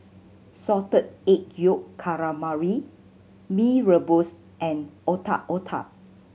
Salted Egg Yolk Calamari Mee Rebus and Otak Otak